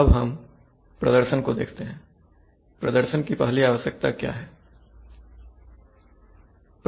अब हम प्रदर्शन को देखते हैं प्रदर्शन की पहली आवश्यकता क्या है